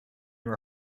been